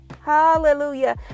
Hallelujah